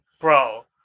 Bro